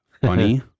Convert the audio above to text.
Funny